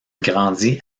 grandit